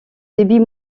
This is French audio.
débit